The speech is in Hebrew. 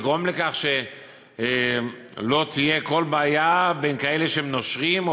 לגרום לכך שלא תהיה כל בעיה בקרב אלה שנושרים,